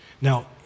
Now